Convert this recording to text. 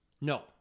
No